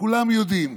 כולם יודעים: